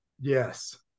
Yes